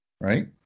Right